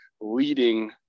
leading